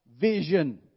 vision